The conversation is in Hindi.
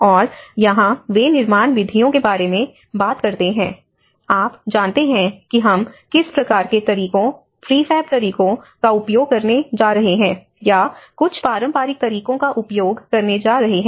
और यहां वे निर्माण विधियों के बारे में बात करते हैं आप जानते हैं कि हम किस प्रकार के तरीकों प्रीफैब तरीकों का उपयोग करने जा रहे हैं या कुछ पारंपरिक तरीकों का उपयोग करने जा रहे हैं